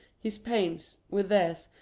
his pains, with theirs,